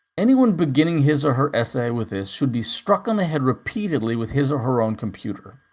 anyone beginning his or her essay with this should be struck on the head repeatedly with his or her own computer.